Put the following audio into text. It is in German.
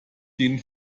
denen